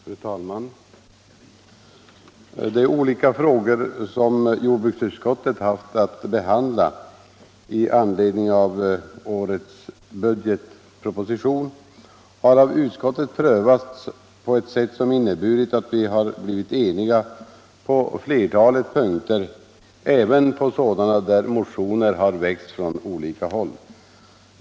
Fru talman! De olika frågor som jordbruksutskottet har haft att behandla i anledning av årets budgetproposition har av utskottet prövats på ett sätt som inneburit att vi har blivit eniga på flertalet punkter, även på sådana där motioner har väckts från olika håll.